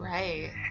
Right